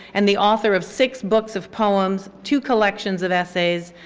and the author of six books of poems, two collections of essays,